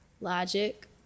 Logic